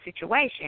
situation